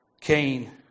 Cain